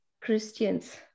Christians